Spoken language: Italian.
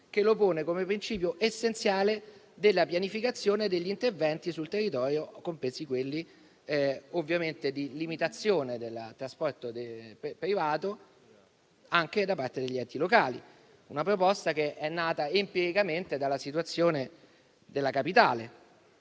che lo pone come principio essenziale della pianificazione degli interventi sul territorio, compresi ovviamente quelli di limitazione del trasporto privato, anche da parte degli enti locali. Una proposta che è nata empiricamente dalla situazione della capitale,